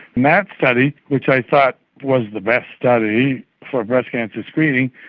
in that study, which i thought was the best study for breast cancer screening,